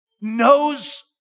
knows